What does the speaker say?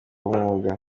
b’umwuga